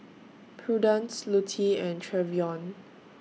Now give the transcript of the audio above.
Prudence Lutie and Trevion